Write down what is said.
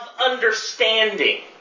understanding